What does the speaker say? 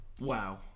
Wow